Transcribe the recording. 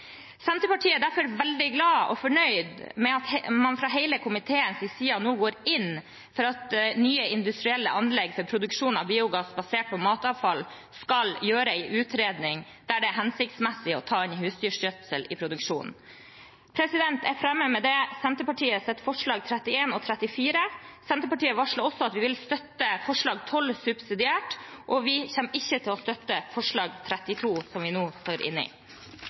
Senterpartiet er derfor veldig glade og fornøyde med at man fra hele komiteens side nå går inn for at det ved nye industrielle anlegg for produksjon av biogass basert på matavfall skal gjøres en utredning av om det er hensiktsmessig å ta inn husdyrgjødsel i produksjonen. Jeg fremmer med dette forslag nr. 31, fra Senterpartiet, Sosialistisk Venstreparti, Kristelig Folkeparti og Miljøpartiet De Grønne, og forslag nr. 34, fra Senterpartiet. Vi varsler også at vi vil støtte forslag nr. 12 subsidiært, og at vi ikke kommer til å støtte forslag